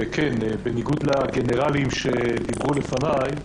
ובניגוד לגנרלים שדיברו לפניי,